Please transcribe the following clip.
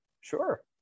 sure